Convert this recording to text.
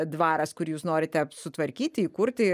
dvaras kur jūs norite sutvarkyti įkurti